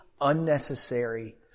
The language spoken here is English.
unnecessary